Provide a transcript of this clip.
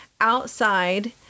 outside